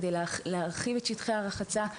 כדי להרחיב את שטחי הרחצה.